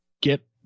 get